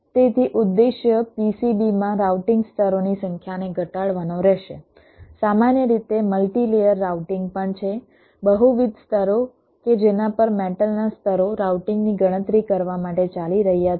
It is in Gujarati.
તેથી ઉદ્દેશ્ય PCBમાં રાઉટિંગ સ્તરોની સંખ્યાને ઘટાડવાનો રહેશે સામાન્ય રીતે મલ્ટી લેયર રાઉટિંગ પણ છે બહુવિધ સ્તરો કે જેના પર મેટલના સ્તરો રાઉટિંગની ગણતરી કરવા માટે ચાલી રહ્યા છે